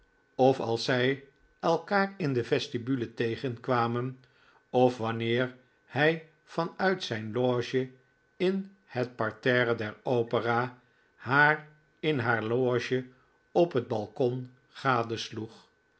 of als zij elkaar p in de vestibule tegenkwamen of wanneer hij van uit zijn loge in het parterre der opera haar in haar loge op het balkon